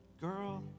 Girl